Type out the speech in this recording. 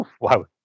Wow